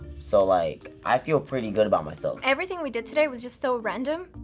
so like i feel pretty good about myself. everything we did today was just so random.